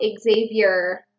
Xavier